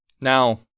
Now